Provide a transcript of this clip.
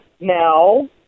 No